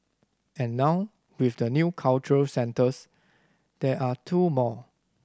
and now with the new cultural centres there are two more